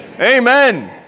Amen